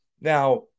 Now